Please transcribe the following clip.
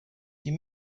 die